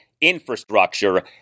infrastructure